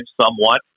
somewhat